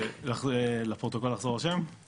(הצגת מצגת)